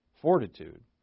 fortitude